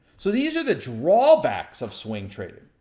so these are the drawbacks of swing trading.